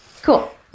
Cool